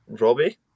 Robbie